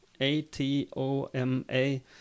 A-T-O-M-A